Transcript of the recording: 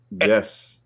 yes